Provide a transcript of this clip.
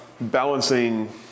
balancing